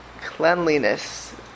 cleanliness